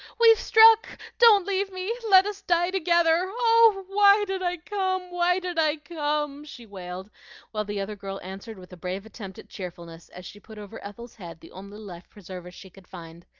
we've struck! don't leave me! let us die together! oh, why did i come? why did i come? she wailed while the other girl answered with a brave attempt at cheerfulness, as she put over ethel's head the only life-preserver she could find.